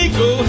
go